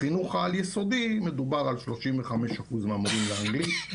בחינוך העל-יסודי מדובר על 35% מהמורים לאנגלית,